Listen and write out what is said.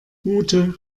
ute